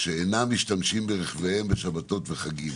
שאינם משתמשים ברכביהם בשבתות וחגים,